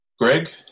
Greg